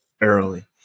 early